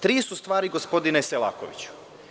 Tri su stvari, gospodine Selakoviću.